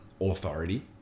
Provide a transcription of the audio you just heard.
authority